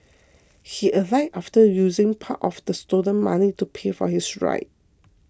he alighted after using part of the stolen money to pay for his ride